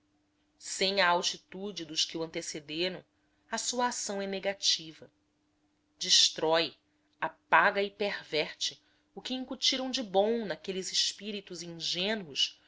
sem a altitude dos que o antecederam a sua ação é negativa destrói apaga e perverte o que incutiram de bom naqueles espíritos ingênuos